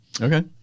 Okay